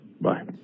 Bye